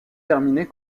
terminée